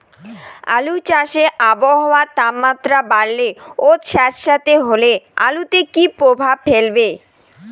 আলু চাষে আবহাওয়ার তাপমাত্রা বাড়লে ও সেতসেতে হলে আলুতে কী প্রভাব ফেলবে?